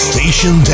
Station